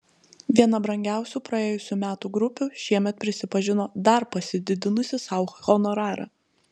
viena brangiausių praėjusių metų grupių šiemet prisipažino dar pasididinusi sau honorarą